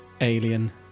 Alien